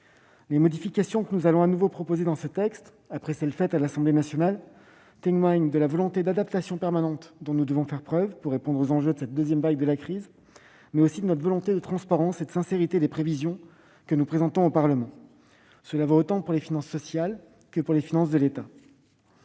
modifications que nous allons vous proposer dans ce texte, après celles qui ont déjà été défendues à l'Assemblée nationale, témoignent de la volonté d'adaptation permanente dont nous devons faire preuve pour répondre aux enjeux de cette deuxième vague de la crise, mais aussi de notre volonté de transparence et de sincérité des prévisions que nous présentons au Parlement. Cela vaut autant pour les finances sociales que pour les finances de l'État.